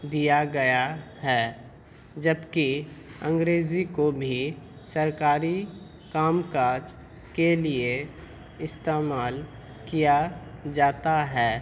دیا گیا ہے جب کہ انگریزی کو بھی سرکاری کام کاج کے لیے استعمال کیا جاتا ہے